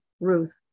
Ruth